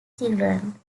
children